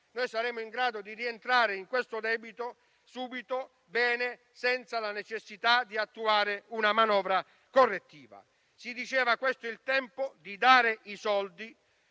saremo in grado di rientrare di questo debito subito, bene e senza la necessità di attuare una manovra correttiva. Si diceva che questo è il tempo di dare i soldi